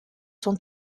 sont